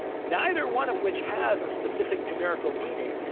neither one of which has a specific numerical meaning,